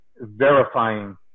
verifying